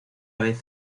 vez